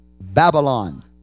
Babylon